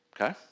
Okay